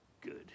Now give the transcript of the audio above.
good